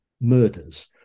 murders